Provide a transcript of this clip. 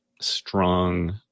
strong